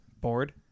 Bored